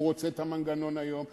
הוא רוצה את המנגנון היום.